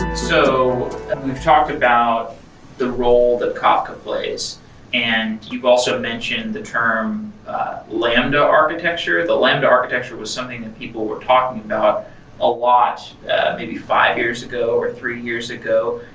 so we've talked about the role that kafka plays. and you've also mentioned the term lambda architecture. the lambda architecture was something that and people were talking about a lot maybe five years ago, or three years ago.